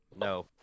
No